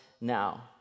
now